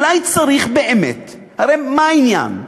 אולי צריך באמת, הרי מה העניין?